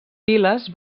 viles